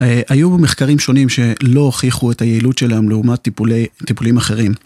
היו מחקרים שונים שלא הוכיחו את היעילות שלהם לעומת טיפולים אחרים.